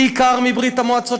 בעיקר מברית המועצות,